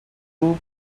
group